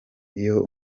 iyo